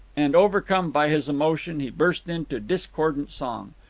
and, overcome by his emotion, he burst into discordant song.